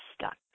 stuck